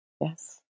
Yes